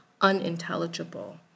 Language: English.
unintelligible